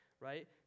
right